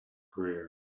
career